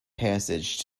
passage